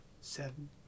Seven